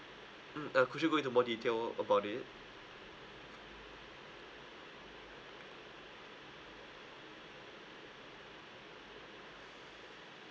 mm uh could you go into more detail about it